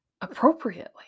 appropriately